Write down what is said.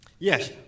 Yes